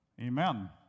Amen